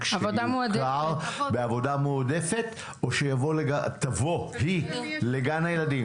בעבודה מועדפת, או שתבוא, היא לגן הילדים?